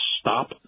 stop